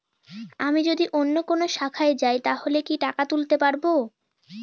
আমি যদি অন্য কোনো শাখায় যাই তাহলে কি টাকা তুলতে পারব?